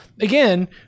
again